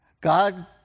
God